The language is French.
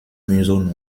museau